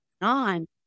on